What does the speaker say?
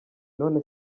none